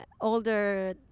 older